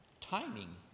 Timing